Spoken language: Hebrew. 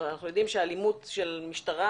אלימות של משטרה